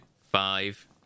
five